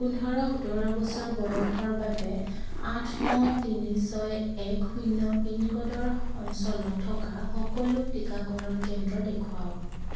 পোন্ধৰ সোতৰ বছৰ বয়সৰ বাবে আঠ ন তিনি ছয় এক শূন্য পিনক'ডৰ অঞ্চলত থকা সকলো টিকাকৰণ কেন্দ্ৰ দেখুৱাওক